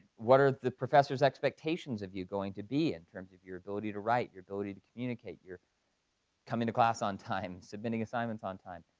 what are the professors' expectations of you going to be in terms your ability to write, your ability to communicate, your coming to class on time, submitting assignments on time.